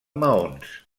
maons